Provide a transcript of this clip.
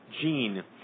gene